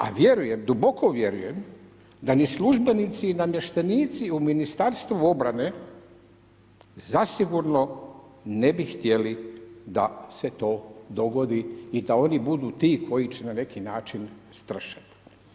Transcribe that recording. A vjerujem, duboko vjerujem da ni službenici i namještenici u Ministarstvu obrane zasigurno ne bi htjeli da se to dogodi i da oni budu ti koji će na način stršati.